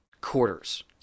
quarters